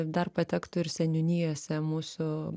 dar patektų ir seniūnijose mūsų